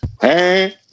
Hey